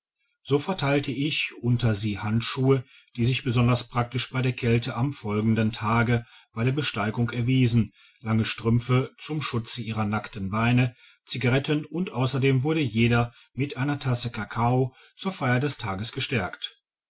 so verteilte ich unter sie handschuhe die sich besonders praktisch bei der kälte am folgenden tage bei der besteigung erwiesen lange strümpfe zum schutze ihrer nackten beine zigaretten und ausserdem wurde jeder mit einer tasse kakao zur feier des tages gestärkt